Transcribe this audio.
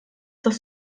das